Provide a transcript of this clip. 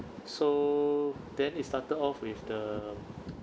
so then it started off with the